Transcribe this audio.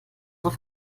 auf